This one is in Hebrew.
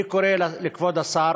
אני קורא לכבוד השר